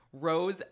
Rose